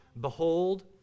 Behold